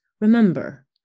remember